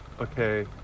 Okay